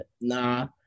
nah